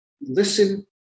listen